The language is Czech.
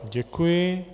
Děkuji.